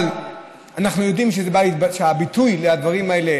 אבל אנחנו יודעים שהביטוי לדברים האלה